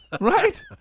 right